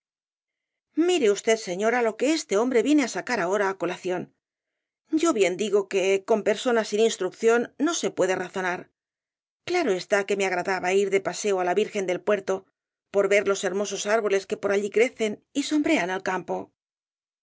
mire usted señora lo que este hombre viene á sacar ahora á colación yo bien digo que con personas sin instrucción no se puede razonar claro está que me agradaba ir de paseo á la virgen del puerto por ver los hermosos árboles que por allí crecen y sombrean el campo